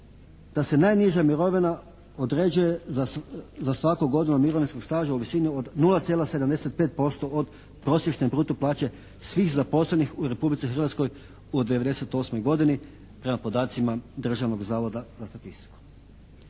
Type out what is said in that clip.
da se najniža mirovina određuje za svaku godinu mirovinskog staža od 0,75% od prosječne bruto plaće svih zaposlenih u Republici Hrvatskoj u '98. godini prema podacima Državnog zavoda za statistiku.